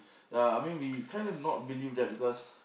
ya I mean we kind of not believe that because